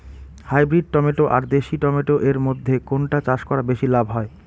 Hybrid tomato আর দেশি tomato এর মইধ্যে কোনটা চাষ করা বেশি লাভ হয়?